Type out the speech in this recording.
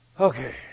Okay